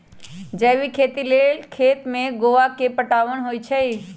जैविक खेती लेल खेत में गोआ के पटाओंन होई छै